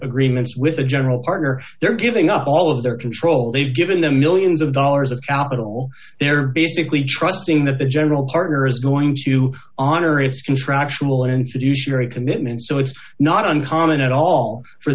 agreements with a general partner they're giving up all of their control they've given them millions of dollars of capital they're basically trusting that the general partner is going to honor its contractual into usury commitments so it's not uncommon at all for